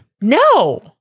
No